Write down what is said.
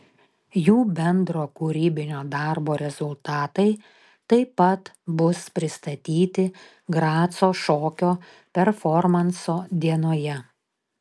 jų bendro kūrybinio darbo rezultatai taip pat bus pristatyti graco šokio performanso dienoje